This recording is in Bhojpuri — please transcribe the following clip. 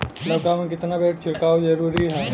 लउका में केतना बेर छिड़काव जरूरी ह?